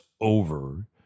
over